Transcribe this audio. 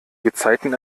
gezeiten